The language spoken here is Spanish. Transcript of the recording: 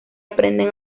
aprenden